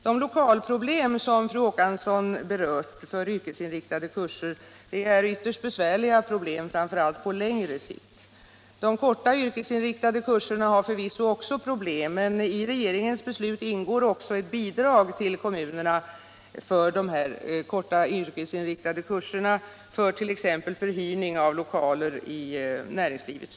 De lokalproblem för yrkesinriktade kurser som fru Håkansson berört är ytterst besvärliga problem, framför allt på längre sikt. De korta yrkesinriktade kurserna har förvisso också problem, men i regeringens beslut ingår ett bidrag till kommunerna för de korta yrkesinriktade kurserna för t.ex. uthyrning av lokaler i näringslivet.